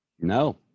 no